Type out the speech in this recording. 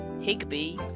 Higby